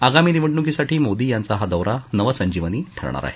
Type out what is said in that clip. आगामी निवडणुकीसाठी मोदी यांचा हा दौरा नव संजीवनी ठरणार आहे